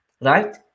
right